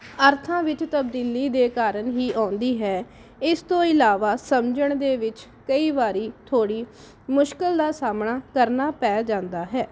ਅਰਥਾਂ ਵਿੱਚ ਤਬਦੀਲੀ ਦੇ ਕਾਰਨ ਹੀ ਆਉਂਦੀ ਹੈ ਇਸ ਤੋਂ ਇਲਾਵਾ ਸਮਝਣ ਦੇ ਵਿੱਚ ਕਈ ਵਾਰ ਥੋੜ੍ਹੀ ਮੁਸ਼ਕਿਲ ਦਾ ਸਾਹਮਣਾ ਕਰਨਾ ਪੈ ਜਾਂਦਾ ਹੈ